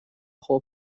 whole